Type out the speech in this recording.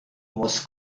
was